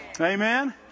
Amen